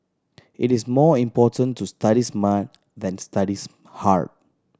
it is more important to study smart than study hard